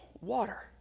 water